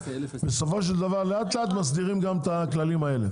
בסופו של דבר לאט לאט מסדירים גם את הכללים האלה.